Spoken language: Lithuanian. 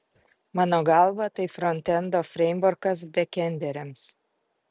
mano galva tai frontendo freimvorkas bekenderiams